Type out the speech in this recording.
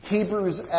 Hebrews